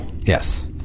Yes